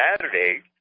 Saturday